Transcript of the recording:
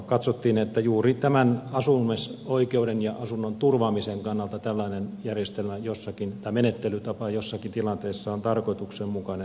katsottiin että juuri tämän asumisoikeuden ja asunnon turvaamisen kannalta tällainen menettelytapa joissakin tilanteissa on tarkoituksenmukainen